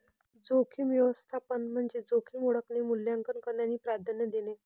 जोखीम व्यवस्थापन म्हणजे जोखीम ओळखणे, मूल्यांकन करणे आणि प्राधान्य देणे